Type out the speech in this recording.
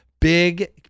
Big